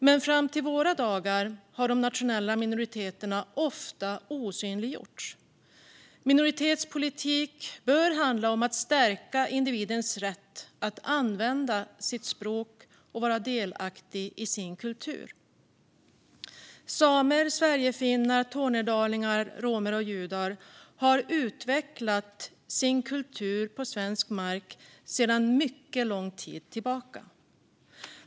Men fram till våra dagar har de nationella minoriteterna ofta osynliggjorts. Minoritetspolitik bör handla om att stärka individens rätt att använda sitt språk och vara delaktig i sin kultur. Samer, sverigefinnar, tornedalingar, romer och judar har utvecklat sin kultur på svensk mark sedan mycket lång tid tillbaka.